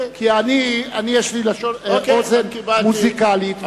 יש לי אוזן מוזיקלית,